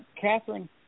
Catherine